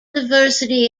diversity